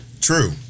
True